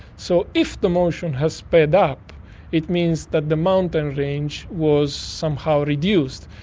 so if the motion has sped up it means that the mountain range was somehow reduced.